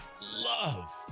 love